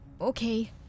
Okay